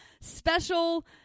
special